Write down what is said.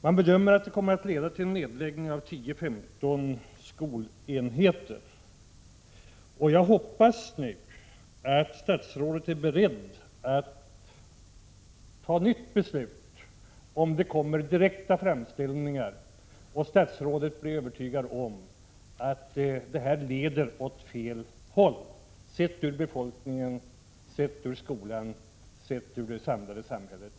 Man bedömer att det kommer att leda till nedläggning av 10-15 skolenheter. Jag hoppas nu att statsrådet är beredd att fatta ett nytt beslut om det kommer direkta framställningar och om statsrådet blir övertygad om att detta leder åt fel håll med tanke på befolkningen, skolan och samhällets ansvar över huvud taget.